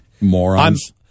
Morons